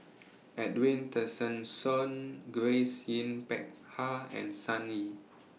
Edwin Tessensohn Grace Yin Peck Ha and Sun Yee